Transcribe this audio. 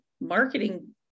marketing